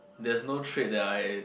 there's no trait that I